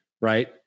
Right